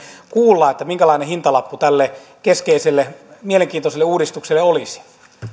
kuulla että minkälainen hintalappu tälle keskeiselle mielenkiintoiselle uudistukselle olisi